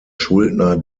schuldner